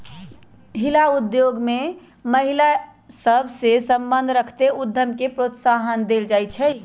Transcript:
हिला उद्योग में महिला सभ सए संबंध रखैत उद्यम के प्रोत्साहन देल जाइ छइ